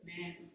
man